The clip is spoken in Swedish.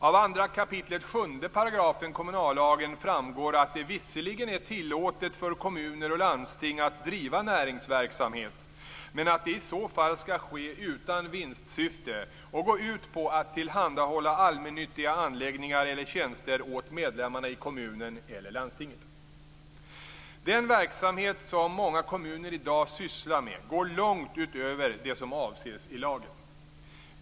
Av 2 kap. 7 § kommunallagen framgår att det visserligen är tillåtet för kommuner och landsting att driva näringsverksamhet, men att det i så fall skall ske utan vinstsyfte och gå ut på att tillhandahålla allmännyttiga anläggningar eller tjänster åt medlemmarna i kommunen eller landstinget. Den verksamhet som många kommuner i dag sysslar med går långt utöver vad som avses i lagen.